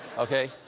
okay.